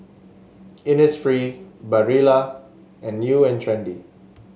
Innisfree Barilla and New And Trendy